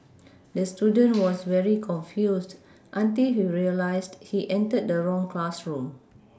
the student was very confused until he realised he entered the wrong classroom